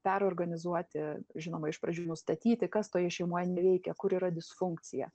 perorganizuoti žinoma iš pradžių nustatyti kas toje šeimoje neveikia kur yra disfunkcija